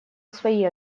свои